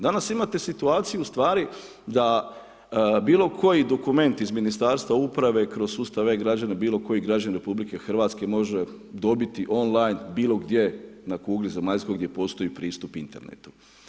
Danas imate situaciju ustvari da bilokoji dokument iz Ministarstva uprave kroz sustav e-građani, bilo koji građanin RH, može dobiti on line, bilogdje, na kugli zemaljskoj, gdje postoji pristup internetu.